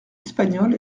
espagnol